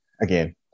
again